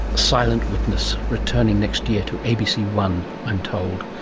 silent witness, returning next year to a b c one i'm told.